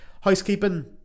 housekeeping